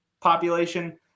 population